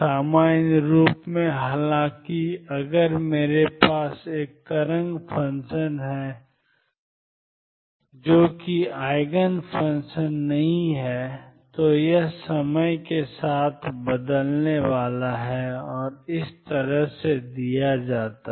सामान्य रूप में हालांकि अगर मेरे पास एक तरंग फ़ंक्शन है जो एक ईजिन फ़ंक्शन नहीं है तो यह समय के साथ बदलने वाला है और इस तरह इसे दिया जा रहा है